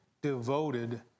devoted